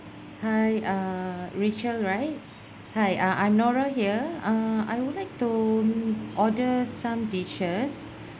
hi err rachel right hi uh I'm nora here err I would like to order some dishes